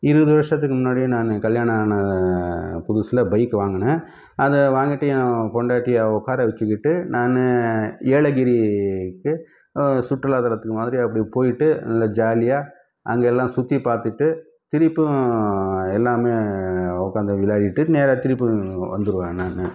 இருபது வருஷத்துக்கு முன்னாடியே நான் கல்யாணம் ஆன புதுசில் பைக் வாங்குனேன் அதை வாங்கிட்டு என் பொண்டாட்டியை உக்கார வச்சிக்கிட்டு நான் ஏலகிரிக்கு சுற்றுலாத்தலத்துக்கு மாதிரி அப்படி போயிட்டு நல்லா ஜாலியாக அங்கெல்லாம் சுற்றி பார்த்துட்டு திரிப்பும் எல்லாமே உக்காந்து விளாடிவிட்டு நேராக திரிப்பும் வந்துடுவேன் நான்